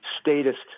statist